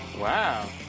Wow